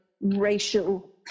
Racial